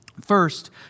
First